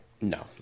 No